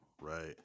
right